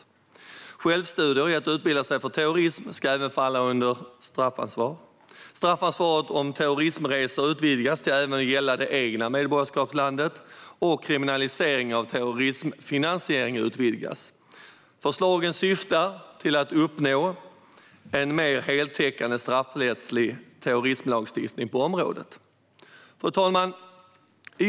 Även självstudier i att utbilda sig för terrorism ska falla under straffansvar. Straffansvaret gällande terrorismresor utvidgas till att även gälla det egna medborgarskapslandet. Kriminalisering av terrorismfinansiering utvidgas. Dessa förslag syftar till att uppnå en mer heltäckande straffrättslig terrorismlagstiftning på området. Fru talman!